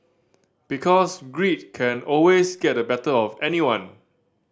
because greed can always get the better of anyone